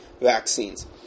vaccines